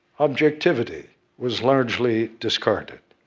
objectivity was largely discarded.